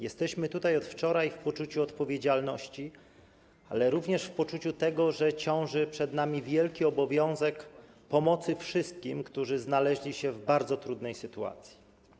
Jesteśmy tutaj od wczoraj w poczuciu odpowiedzialności, ale również w poczuciu tego, że ciąży na nas wielki obowiązek pomocy wszystkim, którzy znaleźli się w bardzo trudnej sytuacji.